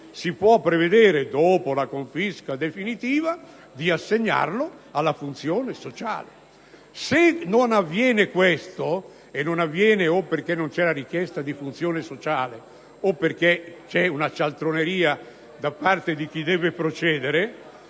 si può prevedere, dopo la confisca definitiva, di assegnarlo alla funzione sociale. Se non avviene questo, e non avviene o perché non c'è la richiesta di funzione sociale o perché c'è una cialtroneria da parte di chi deve procedere...